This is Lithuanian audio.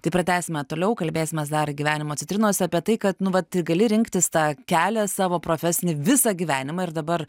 tai pratęsime toliau kalbėsimės dar gyvenimo citrinose apie tai kad nu vat gali rinktis tą kelią savo profesinį visą gyvenimą ir dabar